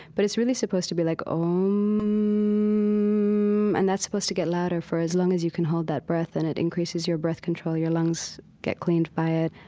but it's really supposed to be like ommmmm. um and that's supposed to get louder for as long as you can hold that breath. and it increases your breath control. your lungs get cleaned by it,